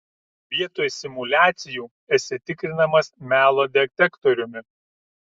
vietoj simuliacijų esi tikrinamas melo detektoriumi